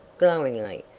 glowingly,